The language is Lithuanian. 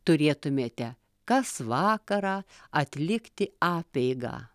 turėtumėte kas vakarą atlikti apeigą